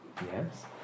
Yes